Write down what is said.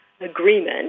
agreement